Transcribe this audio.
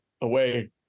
away